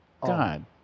God